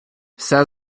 все